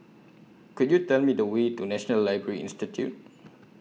Could YOU Tell Me The Way to National Library Institute